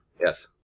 Yes